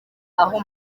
aho